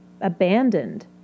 abandoned